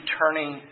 turning